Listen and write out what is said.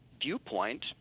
viewpoint